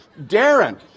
darren